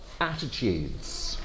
attitudes